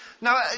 Now